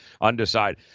undecided